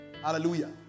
Hallelujah